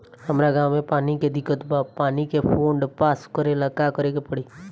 हमरा गॉव मे पानी के दिक्कत बा पानी के फोन्ड पास करेला का करे के पड़ी?